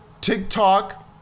TikTok